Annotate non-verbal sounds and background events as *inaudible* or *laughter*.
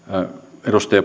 edustaja *unintelligible*